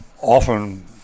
often